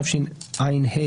התשע"ה